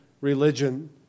religion